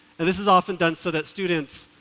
and this is often done so that students,